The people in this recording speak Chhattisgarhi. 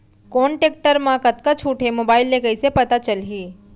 कोन टेकटर म कतका छूट हे, मोबाईल ले कइसे पता चलही?